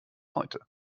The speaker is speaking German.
heute